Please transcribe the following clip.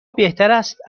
بهتراست